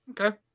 Okay